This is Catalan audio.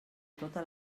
tota